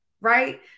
Right